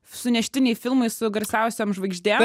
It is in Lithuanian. suneštiniai filmai su garsiausiom žvaigždėm